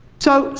so,